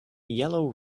yellow